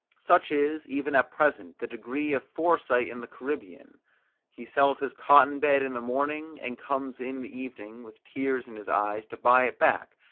such is, even at present, the degree of foresight in the caribbean he sells his cotton bed in the morning, and comes in the evening, with tears in his eyes, to buy it back,